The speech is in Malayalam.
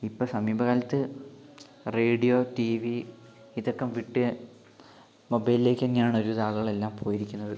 ഇപ്പൊൾ സമീപ കാലത്ത് റേഡിയോ ടിവി ഇതൊക്കെ വിട്ട് മൊബൈലിലേക്ക് തന്നെയാണ് ഒരുവിധം ആളുകളെല്ലാം പോയിരിക്കുന്നത്